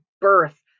birth